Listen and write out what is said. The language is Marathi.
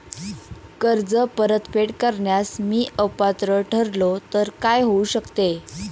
कर्ज परतफेड करण्यास मी अपात्र ठरलो तर काय होऊ शकते?